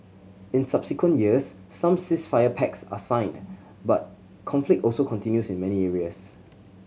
in subsequent years some ceasefire pacts are signed but conflict also continues in many areas